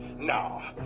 Nah